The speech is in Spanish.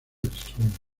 instrumento